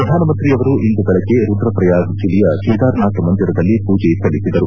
ಪ್ರಧಾನಮಂತ್ರಿಯವರು ಇಂದು ಬೆಳಗ್ಗೆ ರುದ್ರಪ್ರಯಾಗ್ ಜಿಲ್ಲೆಯ ಕೇದಾರ್ನಾಥ್ ಮಂದಿರದಲ್ಲಿ ಪೂಜೆ ಸಲ್ಲಿಸಿದರು